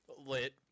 lit